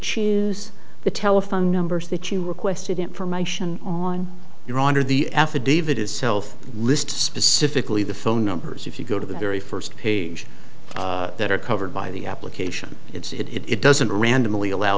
choose the telephone numbers that you requested information on your honor the affidavit is self list specifically the phone numbers if you go to the very first page that are covered by the application it's it it doesn't randomly allow